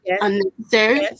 unnecessary